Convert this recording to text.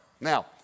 Now